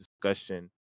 discussion